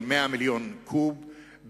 של 100 מיליון קוב,